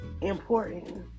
important